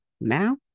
Now